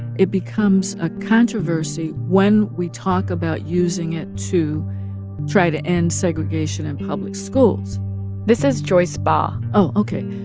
it becomes a controversy when we talk about using it to try to end segregation in public schools this is joyce baugh oh, ok.